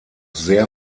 sehr